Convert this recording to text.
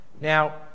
Now